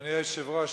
אדוני היושב-ראש,